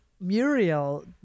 Muriel